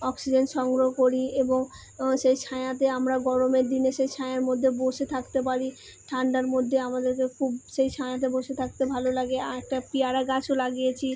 oxygen সংগ্রহ করি এবং সেই ছায়াতে আমরা গরমের দিনে সেই ছায়ার মধ্যে বসে থাকতে পারি ঠান্ডার মধ্যে আমাদেরকে খুব সেই ছায়াতে বসে থাকতে ভালো লাগে আর একটা পেয়ারা গাছও লাগিয়েছি